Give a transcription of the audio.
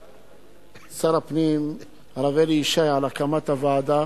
לשר הפנים הרב אלי ישי על הקמת הוועדה.